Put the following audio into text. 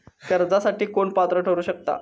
कर्जासाठी कोण पात्र ठरु शकता?